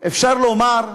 אפשר לומר,